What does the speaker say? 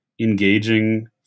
engaging